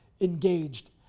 engaged